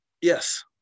yes